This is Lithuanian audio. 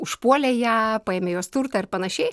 užpuolė ją paėmė jos turtą ir panašiai